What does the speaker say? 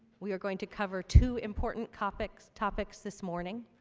we are going to cover two important topics topics this morning.